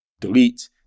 delete